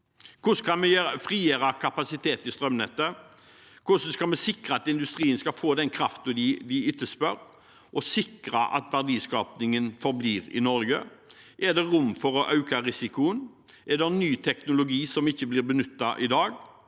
Hvordan kan vi frigjøre kapasitet i strømnettet? Hvordan skal vi sikre at industrien får den kraften den etterspør og sikre at verdiskapingen forblir i Norge? Er det rom for å øke risikoen? Er det ny teknologi som ikke blir benyttet i dag?